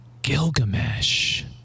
Gilgamesh